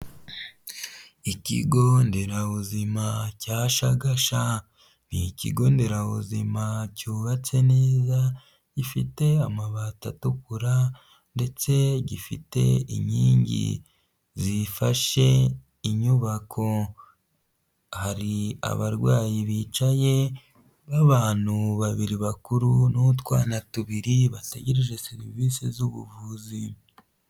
Ikigo nderabuzima cya Shagasha ni ikigo nderabuzima cyubatse neza, gifite amabati atukura ndetse gifite inkingi zifashe inyubako. Hari abarwayi bicaye n'abantu babiri bakuru n'utwana tubiri bategereje serivisi z'ubuvuzi.